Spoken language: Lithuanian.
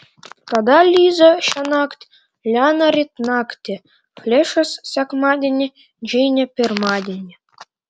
tada liza šiąnakt liana ryt naktį flešas sekmadienį džeinė pirmadienį